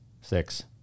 Six